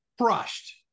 crushed